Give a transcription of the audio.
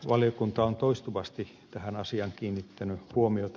valiokunta on toistuvasti tähän asiaan kiinnittänyt huomiota